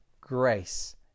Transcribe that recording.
grace